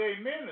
amen